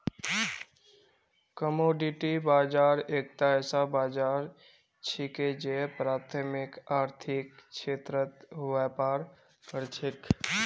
commodity बाजार एकता ऐसा बाजार छिके जे प्राथमिक आर्थिक क्षेत्रत व्यापार कर छेक